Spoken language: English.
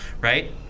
right